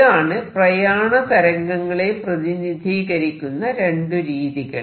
ഇതാണ് പ്രയാണ തരംഗങ്ങളെ പ്രതിനിധീകരിക്കുന്ന രണ്ടു രീതികൾ